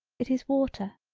it is water.